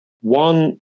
one